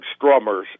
strummers